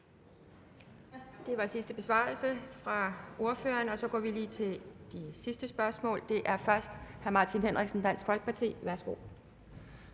Det var sidste besvarelse fra ordføreren, og så går vi til de sidste spørgsmål. Det er først hr. Martin Henriksen, Dansk Folkeparti, værsgo.